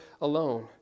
alone